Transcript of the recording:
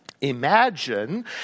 Imagine